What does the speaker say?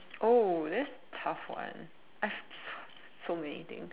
oh this is tough one I have so many things